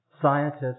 scientists